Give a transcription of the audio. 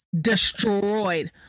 destroyed